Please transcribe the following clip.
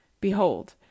Behold